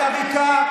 את עריקה,